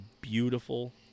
beautiful